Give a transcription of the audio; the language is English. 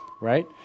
Right